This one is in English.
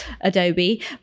Adobe